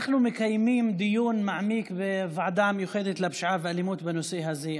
אנחנו מקיימים דיון מעמיק בוועדה המיוחדת לפשיעה ואלימות בנושא הזה.